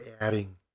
adding